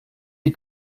die